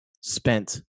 spent